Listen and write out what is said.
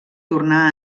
tornà